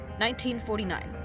1949